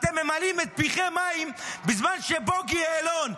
ואתם ממלאים את פיכם מים בזמן שבוגי יעלון,